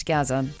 Gaza